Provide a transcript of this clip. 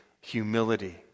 humility